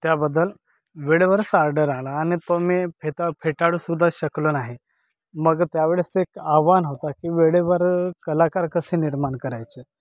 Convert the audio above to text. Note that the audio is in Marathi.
त्याबद्दल वेळेवरच आर्डर आला आणि तो मी फेता फेटाळू सुद्धा शकलो नाही मग त्यावेळेस एक आव्हान होता की वेळेवर कलाकार कसे निर्माण करायचे